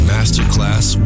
Masterclass